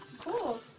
Cool